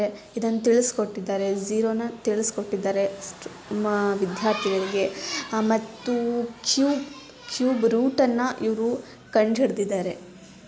ಇದನ್ನು ತಿಳಿಸ್ಕೊಟ್ಟಿದ್ದಾರೆ ಝೀರೋನ ತಿಳಿಸ್ಕೊಟ್ಟಿದ್ದಾರೆ ನಮ್ಮ ವಿದ್ಯಾರ್ಥಿಗಳಿಗೆ ಮತ್ತು ಕ್ಯೂಬ್ ಕ್ಯೂಬ್ ರೂಟನ್ನು ಇವರು ಕಂಡುಹಿಡಿದಿದ್ದಾರೆ